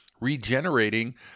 regenerating